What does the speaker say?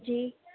جی